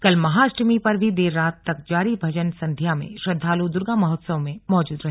कल महाष्टमी पर भी देर रात तक जारी भजन संध्या में श्रद्वालु दुर्गा महोत्सव में मौजूद रहे